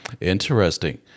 Interesting